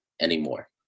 anymore